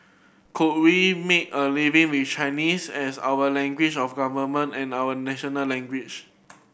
could we make a living with Chinese as our language of government and our national language